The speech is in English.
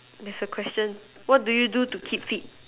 there's a question what do you do to keep fit